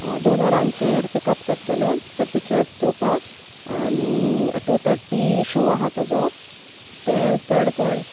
दोन वोरांचेर पिकअप करतलें तें पिक्चर चोवपाक आनी टू थटी शो आहा तेचो तें चोड कोन्न